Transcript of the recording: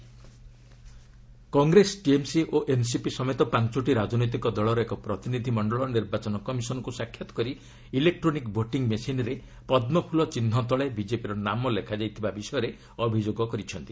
EC delegation Congress TMC ଓ ଏନ୍ସିପି ସମେତ ପାଞ୍ଚଟି ରାଜନୈତିକ ଦଳର ଏକ ପ୍ରତିନିଧି ମଣ୍ଡଳ ନିର୍ବାଚନ କମିଶନଙ୍କୁ ସାକ୍ଷାତ କରି ଇଲେକ୍ଟ୍ରୋନିକ୍ ଭୋଟିଂ ମେସିନ୍ରେ ପଦ୍୍କଫୁଲ ଚିହ୍ନ ତଳେ ବିଜେପିର ନାମ ଲେଖାଯାଇଥିବା ବିଷୟରେ ଅଭିଯୋଗ କରିଛନ୍ତି